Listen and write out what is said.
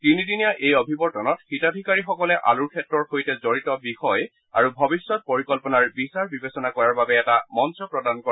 তিনিদিনীয়া এই অভিৱৰ্তনত হিতাধিকাৰীসকলে আলুৰ ক্ষেত্ৰৰ সৈতে জড়িত বিষয় আৰু ভৱিষ্যত পৰিকল্পনাৰ বিচাৰ বিবেচনা কৰাৰ বাবে এটা মঞ্চ প্ৰদান কৰে